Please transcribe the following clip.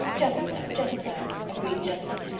just so. just so, agreed judson,